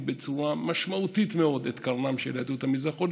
בצורה משמעותית מאוד את קרנה של יהדות המזרח עוד